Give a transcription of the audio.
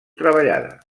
treballada